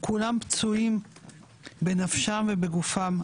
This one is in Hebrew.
כולם פצועים בנפשם ובגופם.